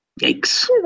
Yikes